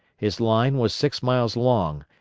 his line was six miles long,